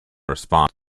response